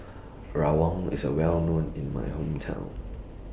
Rawon IS A Well known in My Hometown